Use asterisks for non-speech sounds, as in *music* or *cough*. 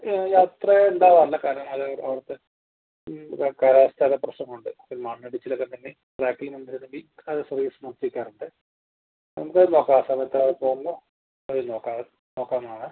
അത്ര ഉണ്ടാവാറില്ല കാരണം അത് അവർക്ക് വയ്ക്കാറാ സ്ഥല പ്രശ്നം കൊണ്ട് മണ്ണ് ഇടിച്ചിൽ ഒക്കെ തന്നെ *unintelligible* നമുക്ക് അത് നോക്കാം ആ സമയത്ത് ഇപ്പം ഉള്ള അത് നോക്കാം അത് നോക്കാം നാളെ